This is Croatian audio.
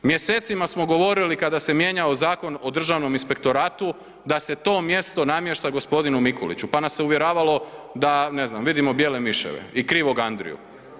Mjesecima smo govorili kada se mijenjao Zakon o Državnom inspektoratu, da se to mjesto namješta g. Mikuliću, pa nas se uvjeravalo da, ne znam, vidimo bijele miševe i krivog Andriju.